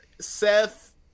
Seth